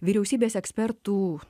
vyriausybės ekspertų